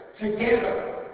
together